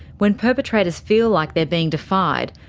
when perpetrators feel like they're being defied,